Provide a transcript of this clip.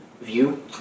view